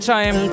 Time